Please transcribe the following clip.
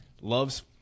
loves